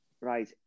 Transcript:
right